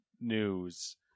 news